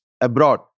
abroad